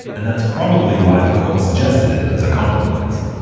and that's probably why the court suggested it as a compromise